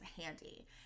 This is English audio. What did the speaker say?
handy